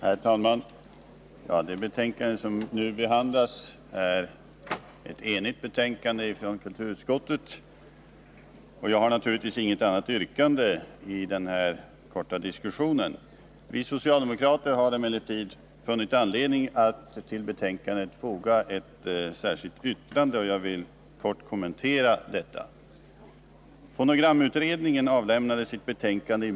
Herr talman! Det betänkande som nu behandlas är ett enigt betänkande från kulturutskottet. Jag har naturligtvis inget annat yrkande än utskottets i den här korta diskussionen. Vi socialdemokrater har emellertid funnit anledning att till betänkandet foga ett särskilt yttrande, och jag vill kort kommentera detta.